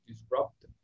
disrupt